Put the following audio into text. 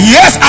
Yes